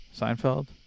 Seinfeld